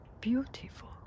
beautiful